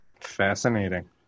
Fascinating